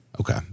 Okay